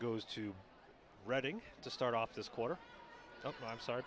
goes to reading to start off this quarter i'm sorry